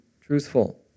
truthful